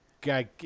guy